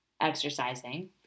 exercising